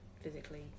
physically